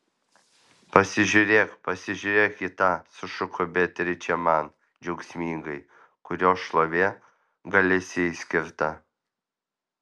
pasižiūrėk pasižiūrėk į tą sušuko beatričė man džiaugsmingai kurio šlovė galisijai skirta